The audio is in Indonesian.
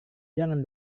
jangan